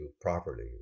property